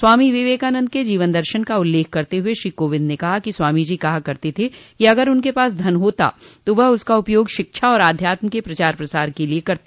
स्वामी विवेकानन्द के जीवन दर्शन का उल्लेख करते हुए श्री कोविंद ने कहा कि स्वामी जी कहा करते थे कि अगर उनके पास धन होता तो वह उसका उपयोग शिक्षा और आध्यात्म के प्रचार और प्रसार के लिये करते